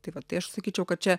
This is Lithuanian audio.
tai vat tai aš sakyčiau kad čia